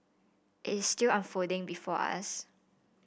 it is still unfolding before us